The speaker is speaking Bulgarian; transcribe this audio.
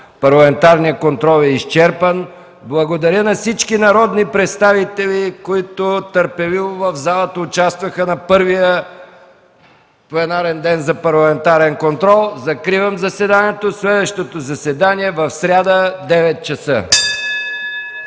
Парламентарният контрол е изчерпан. Благодаря на всички народни представители, които търпеливо участваха в залата на първия пленарен ден за парламентарен контрол. Закривам заседанието. Следващото заседание е в сряда, 9,00 ч.